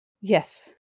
Yes